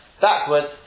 Backwards